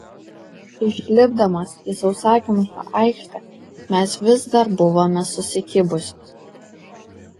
išlipdamos į sausakimšą aikštę mes vis dar buvome susikibusios